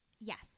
Yes